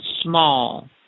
small